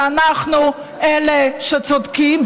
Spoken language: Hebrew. שאנחנו אלה שצודקים.